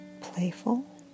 playful